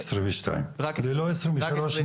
2022 --- זה רק 2021. ללא 2023,